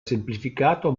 semplificato